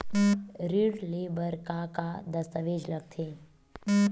ऋण ले बर का का दस्तावेज लगथे?